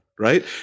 right